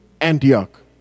Antioch